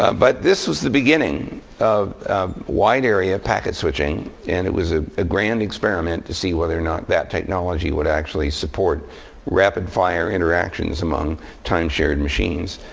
but this was the beginning of wide area packet switching. and it was a ah grand experiment to see whether or not that technology would actually support rapid fire interactions among time shared machines.